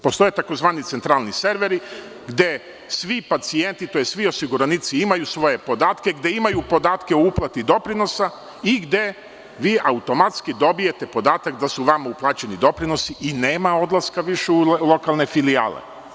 Postoje tzv. centralni serveri, gde svi pacijenti, tj. svi osiguranici imaju svoje podatke, gde imaju podatke o uplati doprinosa i gde vi automatski dobijete podatak da su vama uplaćeni doprinosi i nema odlaska više u lokalne filijale.